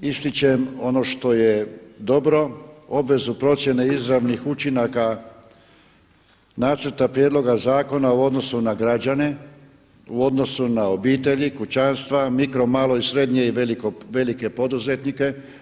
ističem ono što je dobro obvezu procjene izravnih učinaka nacrta prijedloga zakona u odnosu na građane, u odnosu na obitelji, kućanstva, mikro, malo i srednje i velike poduzetnike.